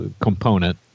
component